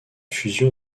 fusion